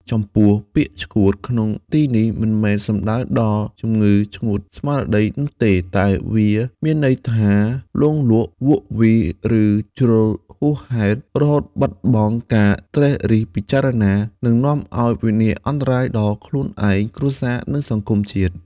ចំពោះ ពាក្យ ឆ្កួត ក្នុងទីនេះមិនមែនសំដៅដល់ជំងឺឆ្កួតស្មារតីនោះទេ តែវាមានន័យថា លង់លក់ វក់វី ឬ ជ្រុលហួសហេតុ រហូតបាត់បង់ការត្រិះរិះពិចារណា និងនាំឲ្យវិនាសអន្តរាយដល់ខ្លួនឯង គ្រួសារ និងសង្គមជាតិ។